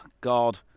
God